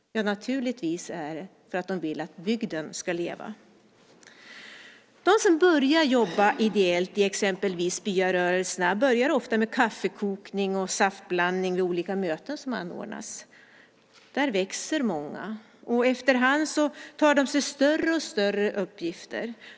Naturligtvis är det för att de vill att bygden ska leva. De som börjar jobba ideellt i exempelvis byarörelserna börjar ofta med kaffekokning och saftblandning vid olika möten som anordnas. Där växer många, och efterhand tar de på sig större och större uppgifter.